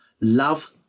love